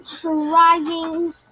trying